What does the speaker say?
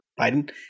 Biden